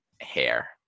hair